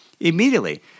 Immediately